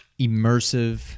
immersive